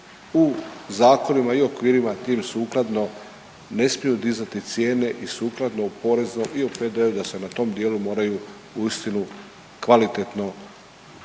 u zakonima i u okvirima tim sukladno ne smiju dizati cijene i sukladno porezu i o PDV-u, da se na tom dijelu moraju uistinu kvalitetno, kvalitetno